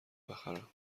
بخرم